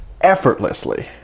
effortlessly